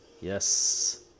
Yes